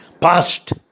Past